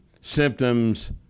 symptoms